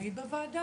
בוועדה?